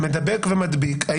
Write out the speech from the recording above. ועורך הדין עילם